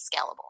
scalable